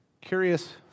Curious